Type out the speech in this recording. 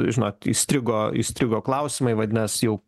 žinot įstrigo įstrigo klausimai vadinas jau